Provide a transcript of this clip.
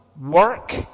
work